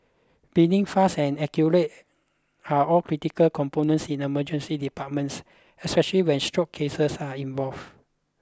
being fast and accurate are all critical components in emergency departments especially when stroke cases are involved